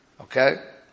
Okay